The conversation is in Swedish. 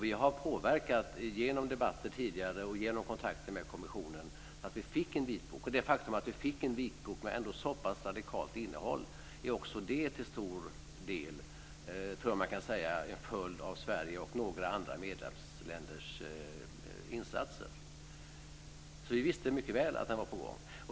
Vi har påverkat genom debatter tidigare och genom kontakter med kommissionen så att vi fick en vitbok. Det faktum att vi fick en vitbok med så pass radikalt innehåll är också det till stor del, tror jag att man kan säga, en följd av Sveriges och några andra medlemsländers insatser. Vi visste alltså mycket väl att den var på gång.